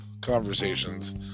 conversations